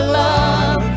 love